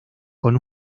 con